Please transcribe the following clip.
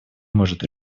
может